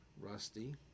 rusty